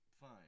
fine